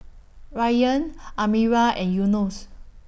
Ryan Amirah and Yunos